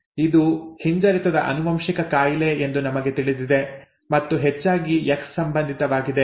ಇದು ಹಿಂಜರಿತದ ಆನುವಂಶಿಕ ಕಾಯಿಲೆ ಎಂದು ನಮಗೆ ತಿಳಿದಿದೆ ಮತ್ತು ಹೆಚ್ಚಾಗಿ ಎಕ್ಸ್ ಸಂಬಂಧಿತವಾಗಿದೆ